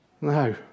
No